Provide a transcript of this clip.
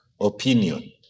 opinion